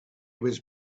was